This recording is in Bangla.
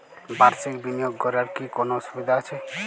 বাষির্ক বিনিয়োগ করার কি কোনো সুবিধা আছে?